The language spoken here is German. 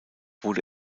wurde